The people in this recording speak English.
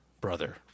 brother